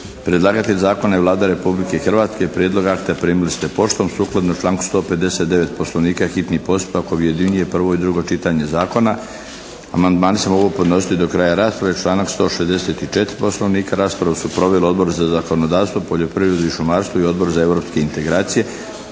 Predlagatelj zakona je Vlada Republike Hrvatske. Prijedlog akta primili ste poštom. Sukladno članku 159. Poslovnika hitni postupak objedinjuje prvo i drugo čitanje zakona. Amandmani se mogu podnositi do kraja rasprave, članak 154. Poslovnika. Raspravu su proveli Odbor za zakonodavstvo, poljoprivredu i šumarstvo i Odbor za europske integracije.